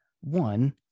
One